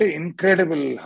incredible